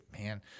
man